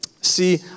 See